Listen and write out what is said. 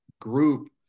group